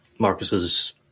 Marcus's